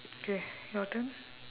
okay your turn